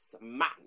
man